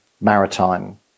maritime